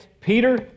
Peter